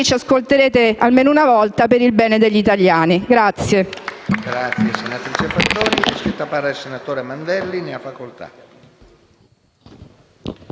ci ascolterete, almeno una volta, per il bene degli italiani.